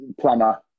plumber